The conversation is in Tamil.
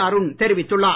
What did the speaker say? அருண் தெரிவித்துள்ளார்